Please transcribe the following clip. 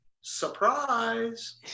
Surprise